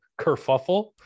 kerfuffle